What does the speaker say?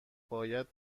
باید